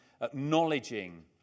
acknowledging